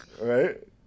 right